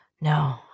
No